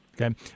Okay